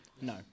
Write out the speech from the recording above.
No